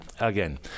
Again